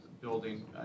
Building